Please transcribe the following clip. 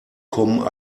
kommen